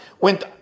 went